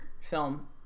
film